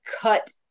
cut